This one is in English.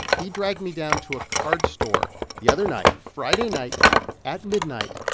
he dragged me down to a card store the other night friday night at midnight,